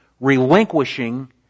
relinquishing